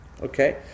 Okay